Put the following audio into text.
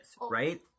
right